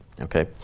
Okay